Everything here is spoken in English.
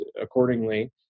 accordingly